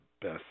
best